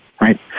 right